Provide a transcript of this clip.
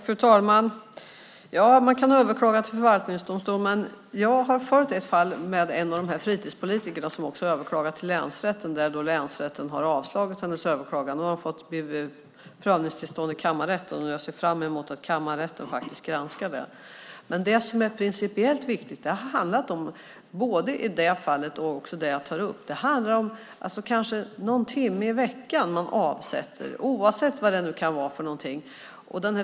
Fru talman! Ja, man kan överklaga till förvaltningsdomstol, men jag har följt ett fall med en fritidspolitiker som också har överklagat till länsrätten. Länsrätten har avslagit hennes överklagan. Nu har hon fått prövningstillstånd i kammarrätten, och jag ser fram emot att kammarrätten granskar frågan. Det som är principiellt viktigt i båda fallen gäller någon timme i veckan - oavsett vad det kan vara fråga om.